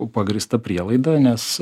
pagrįstą prielaidą nes